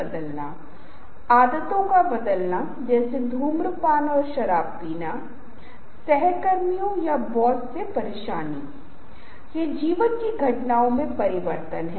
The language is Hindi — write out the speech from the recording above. यदि मुझे चित्र बनाना है तो मैं हमेशा उन्हें सही शीर्ष पर रख सकता हूं या जैसा कि आप मेरी छवि को पहचान सकते हैं आप सही शीर्ष पर देख सकते हैं